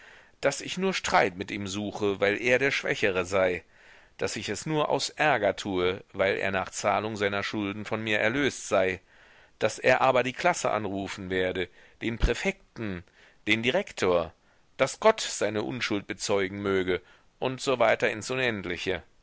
daß ich nur streit mit ihm suche weil er der schwächere sei daß ich es nur aus ärger tue weil er nach zahlung seiner schulden von mir erlöst sei daß er aber die klasse anrufen werde den präfekten den direktor daß gott seine unschuld bezeugen möge und so weiter ins